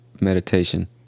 Meditation